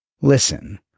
Listen